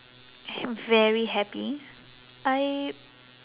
h~ very happy I